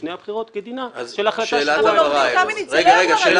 לפני הבחירות כדינה של החלטה שבועיים לפני הבחירות.